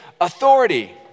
authority